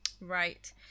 Right